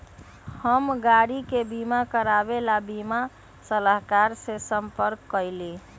हम गाड़ी के बीमा करवावे ला बीमा सलाहकर से संपर्क कइली